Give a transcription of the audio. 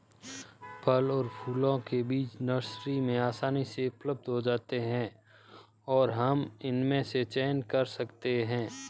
फल और फूलों के बीज नर्सरी में आसानी से उपलब्ध हो जाते हैं और हम इनमें से चयन कर सकते हैं